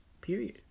Period